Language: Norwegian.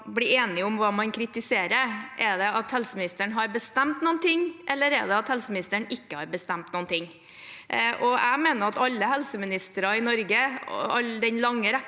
Nord vedtas av Stortinget rer. Er det at helseministeren har bestemt noe, eller er det at helseministeren ikke har bestemt noe? Jeg mener at alle helseministre i Norge, i den lange rekken